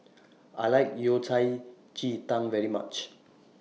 I like Yao Cai Ji Tang very much